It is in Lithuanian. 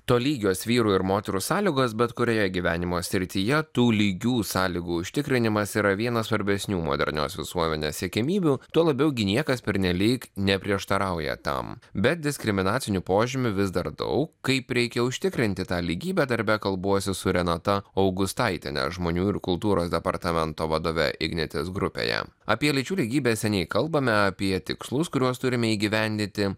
tolygios vyrų ir moterų sąlygos bet kurioje gyvenimo srityje tų lygių sąlygų užtikrinimas yra vienas svarbesnių modernios visuomenės siekiamybių tuo labiau gi niekas pernelyg neprieštarauja tam bet diskriminacinių požymių vis dar daug kaip reikia užtikrinti tą lygybę darbe kalbuosi su renata augustaitiene žmonių ir kultūros departamento vadove ignitis grupėje apie lyčių lygybę seniai kalbame apie tikslus kuriuos turime įgyvendinti